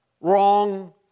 wrong